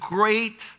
great